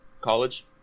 college